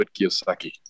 Kiyosaki